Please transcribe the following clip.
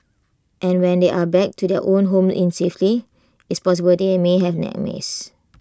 and when they are back to their own home in safety it's possible they may have nightmares